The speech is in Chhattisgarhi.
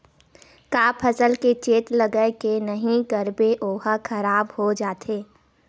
का फसल के चेत लगय के नहीं करबे ओहा खराब हो जाथे?